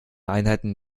einheiten